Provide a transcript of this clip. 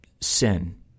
sin